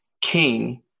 king